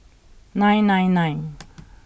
nine nine nine